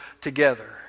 together